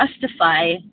justify